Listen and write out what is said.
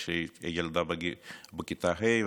יש לי ילדה בכיתה ה'